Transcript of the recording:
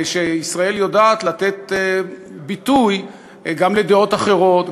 שישראל יודעת לתת ביטוי גם לדעות אחרות,